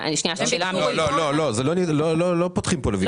לא פותחים את זה לוויכוח.